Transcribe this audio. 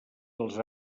els